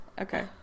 Okay